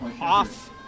off